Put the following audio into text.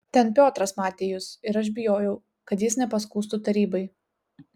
ten piotras matė jus ir aš bijojau kad jis nepaskųstų tarybai